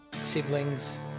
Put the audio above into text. siblings